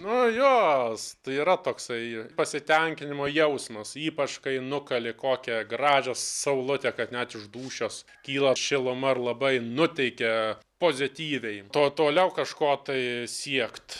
nu jo tai yra toksai pasitenkinimo jausmas ypač kai nukali kokią gražią saulutę kad net iš dūšios kyla šiluma ir labai nuteikia pozityviai to toliau kažko tai siekt